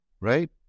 right